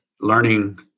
learning